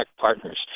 partners